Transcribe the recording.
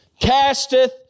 casteth